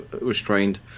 restrained